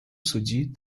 судьи